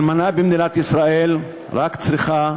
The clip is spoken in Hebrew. אלמנה במדינת ישראל רק צריכה,